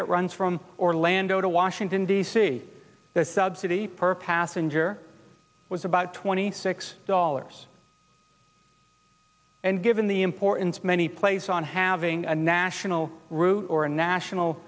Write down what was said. that runs from orlando to washington d c the subsidy per passenger was about twenty six dollars and given the importance many plays on having a national route or a national